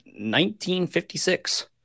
1956